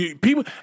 people